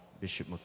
Bishop